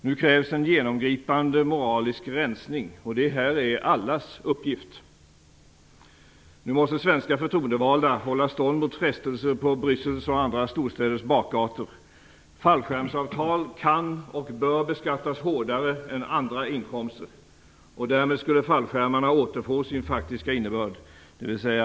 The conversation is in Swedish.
Nu krävs en genomgripande moralisk rensning, och det här är allas uppgift. Nu måste svenska förtroendevalda hålla stånd mot frestelser på Bryssels och andra storstäders bakgator. Fallskärmsavtal kan och bör beskattas hårdare än andra inkomster. Därmed skulle fallskärmarna återfå sin faktiska innebörd, dvs.